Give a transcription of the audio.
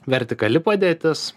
vertikali padėtis